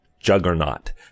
juggernaut